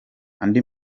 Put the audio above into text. andi